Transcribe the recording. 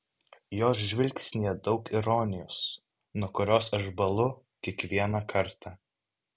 jos žvilgsnyje daug ironijos nuo kurios aš bąlu kiekvieną kartą